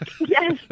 Yes